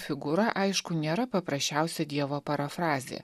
figūra aišku nėra paprasčiausia dievo parafrazė